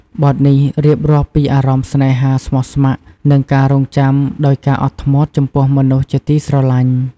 បទនេះរៀបរាប់ពីអារម្មណ៍ស្នេហាស្មោះស្ម័គ្រ និងការរង់ចាំដោយការអត់ធ្មត់ចំពោះមនុស្សជាទីស្រឡាញ់។